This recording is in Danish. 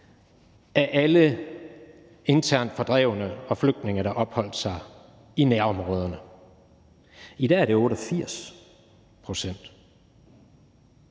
af alle internt fordrevne og flygtninge, der opholdt sig i nærområderne. I dag er det 88 pct.